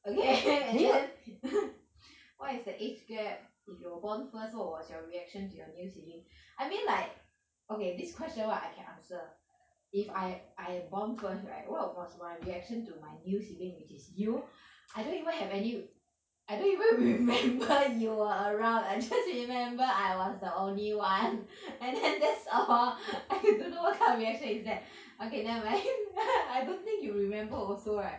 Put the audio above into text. okay okay and then what is the age gap if you were born first what was your reaction to your first sibling I mean like okay this question what I can answer if I I born first right what was my reaction to my new sibling which is you I don't even have any I don't even remember you were around I just remember I was the only one and then that's all I don't know what kind of reaction is that okay never mind I don't think you remember also right